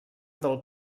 del